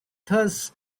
thus